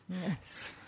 Yes